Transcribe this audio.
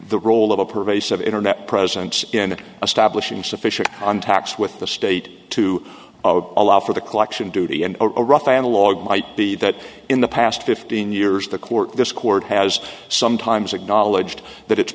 the role of a pervasive internet presence in establishing sufficient untax with the state to allow for the collection duty and a rough analogue might be that in the past fifteen years the court this court has sometimes a knowledge that it